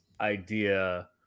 idea